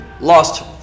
lost